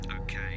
Okay